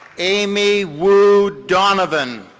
amy wu donovan.